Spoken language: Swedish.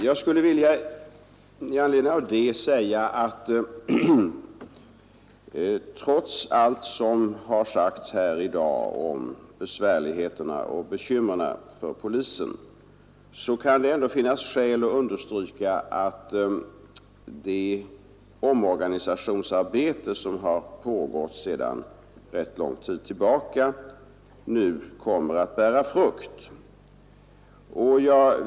Med anledning härav vill jag säga att trots allt som anförts här i dag om polisens besvärligheter och bekymmer kan det finnas skäl att understryka att det omorganisationsarbete som har pågått sedan rätt lång tid tillbaka nu kommer att bära frukt.